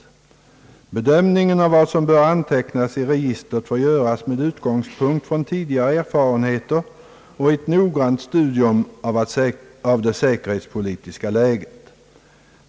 Bedömningen av vad som bör antecknas i registret får göras med utgångspunkt från tidigare erfarenheter och ett noggrant studium av det ”säkerhetspolitiska” läget.